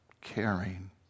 caring